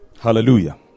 Hallelujah